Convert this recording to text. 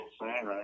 right